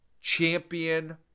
champion